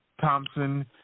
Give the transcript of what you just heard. Thompson